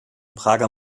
prager